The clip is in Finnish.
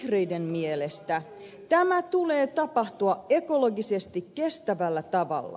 vihreiden mielestä tämän tulee tapahtua ekologisesti kestävällä tavalla